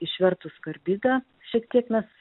išvertus karbidą šiek tiek mes